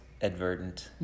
advertent